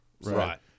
Right